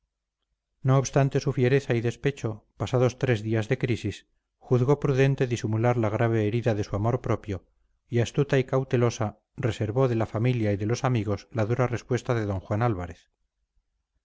no obstante su fiereza y despecho pasados tres días de crisis juzgó prudente disimular la grave herida de su amor propio y astuta y cautelosa reservó de la familia y de los amigos la dura respuesta de d juan álvarez